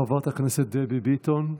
חברת הכנסת דבי ביטון,